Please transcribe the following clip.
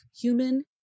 human